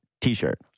T-shirt